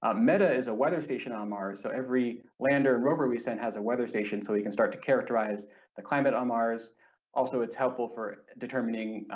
ah meda is a weather station on mars so every lander and rover we send has a weather station so we can start to characterize the climate on mars also it's helpful for determining